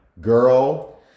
Girl